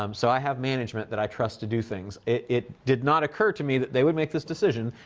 um so i have management that i trust to do things. it did not occur to me that they would make this decision.